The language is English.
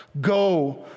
go